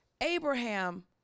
Abraham